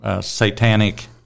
satanic